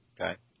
okay